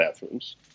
bathrooms